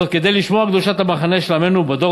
זאת כדי לשמור על קדושת המחנה של עמנו בדור